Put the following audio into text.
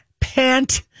pant